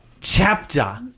chapter